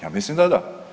Ja mislim da da.